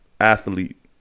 athlete